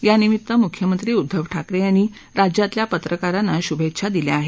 यानिमित्त मुख्यमंत्री उद्दव ठाकरे यांनी राज्यातल्या पत्रकारांना शूभेच्छा दिल्या आहेत